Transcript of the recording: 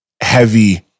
heavy